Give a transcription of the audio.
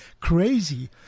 Crazy